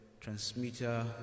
transmitter